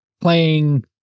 playing